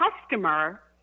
customer